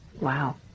Wow